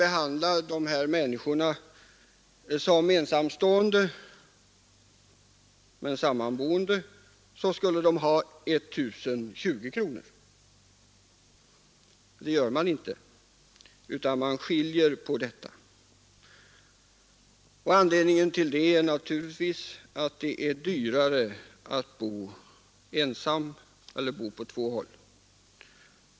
Skulle dessa människor betraktas som ensamstående fastän de sammanbor skulle de få 1 020. Det får de inte utan man gör skillnad här. Anledningen till det är naturligtvis att det är dyrare att bo ensam på två håll.